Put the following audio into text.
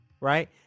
Right